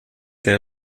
der